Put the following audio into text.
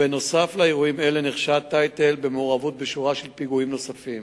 נוסף על האירועים האלה נחשד טייטל במעורבות בשורה של פיגועים נוספים: